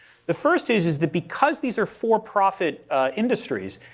the first is, is that because these are for-profit industries,